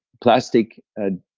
plastic and